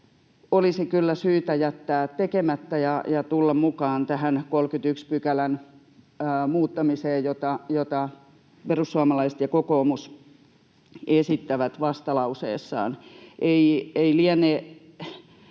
olisi kyllä syytä jättää tekemättä ja tulla mukaan tähän 31 §:n muuttamiseen, jota perussuomalaiset ja kokoomus esittävät vastalauseessaan.